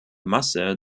masse